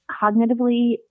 cognitively